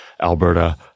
Alberta